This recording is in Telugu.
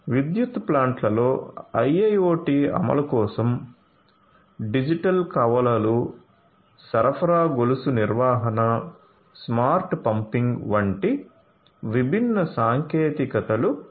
విద్యుత్ ప్లాంట్లలో IIoT అమలు కోసం డిజిటల్ కవలలు సరఫరా గొలుసు నిర్వహణ స్మార్ట్ పంపింగ్ వంటి విభిన్న సాంకేతికతలు ఉన్నాయి